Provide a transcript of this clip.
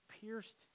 pierced